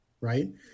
right